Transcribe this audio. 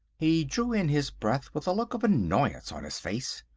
he drew in his breath with a look of annoyance on his face.